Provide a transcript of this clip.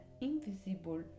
invisible